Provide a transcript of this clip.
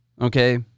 Okay